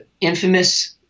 infamous